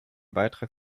beitrag